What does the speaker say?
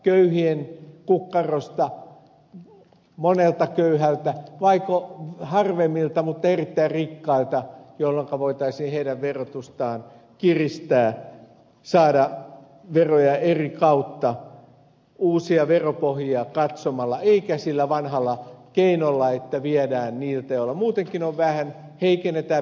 köyhien kukkarosta monelta köyhältä vaiko harvemmilta mutta erittäin rikkailta jolloinka voitaisiin heidän verotustaan kiristää saada veroja eri kautta uusia veropohjia katsomalla eikä sillä vanhalla keinolla että viedään niiltä joilla muutenkin on vähän heikennetään peruspalveluita